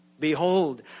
Behold